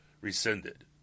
rescinded